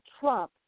Trump